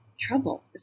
Trouble